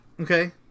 Okay